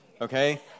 okay